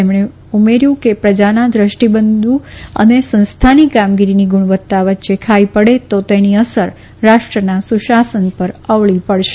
તેમણે ઉમેર્યુ કે પ્રજાના દ્રષ્ટીબિંદુ અને સંસ્થાની કામગીરીની ગુણવત્તા વચ્ચે ખાઈ પડે તો તેની અસર રાષ્ટ્રના સુશાસન પર અવળી પડશે